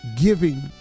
giving